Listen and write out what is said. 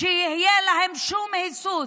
שיהיה להם שום היסוס,